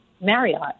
Marriott